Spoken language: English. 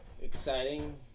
exciting